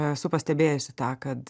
esu pastebėjusi tą kad